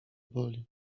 boli